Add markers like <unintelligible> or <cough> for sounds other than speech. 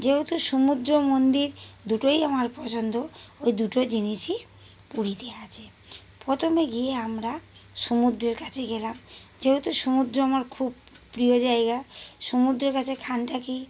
যেহেতু সমুদ্র মন্দির দুটোই আমার পছন্দ ওই দুটো জিনিসই পুরীতে আছে প্রথমে গিয়ে আমরা সমুদ্রের কাছে গেলাম যেহেতু সমুদ্র আমার খুব প্রিয় জায়গা সমুদ্রের কাছে <unintelligible> কি